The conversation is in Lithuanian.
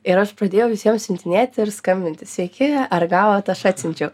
ir aš pradėjau visiem siuntinėti ir skambinti sveiki ar gavot aš atsiunčiau